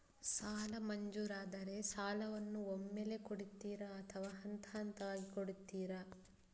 ಸಾಲ ಮಂಜೂರಾದರೆ ಸಾಲವನ್ನು ಒಮ್ಮೆಲೇ ಕೊಡುತ್ತೀರಾ ಅಥವಾ ಹಂತಹಂತವಾಗಿ ಕೊಡುತ್ತೀರಾ?